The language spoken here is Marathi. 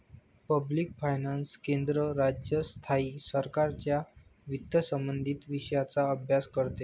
पब्लिक फायनान्स केंद्र, राज्य, स्थायी सरकारांच्या वित्तसंबंधित विषयांचा अभ्यास करते